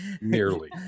Nearly